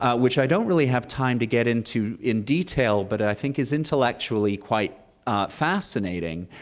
ah which i don't really have time to get into in detail but i think is intellectually quite fascinating,